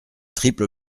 triple